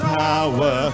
power